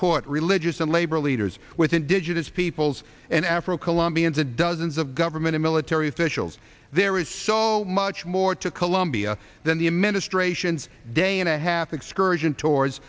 court religious and labor leaders with indigenous peoples and afro colombians and dozens of government military officials there is so much more to colombia than the administration's day and a half excursion tours